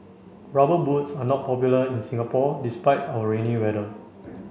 rubber boots are not popular in Singapore despite our rainy weather